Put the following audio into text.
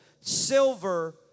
silver